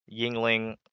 Yingling